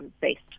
based